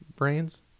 brains